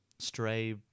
stray